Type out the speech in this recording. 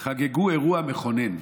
חגגו אירוע מכונן.